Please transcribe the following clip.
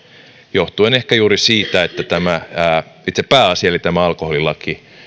johtuen ehkä juuri siitä että itse pääasia eli tämä alkoholilaki